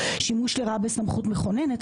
שימוש לרעה בסמכות מכוננת,